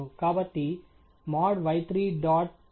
కాబట్టి mody3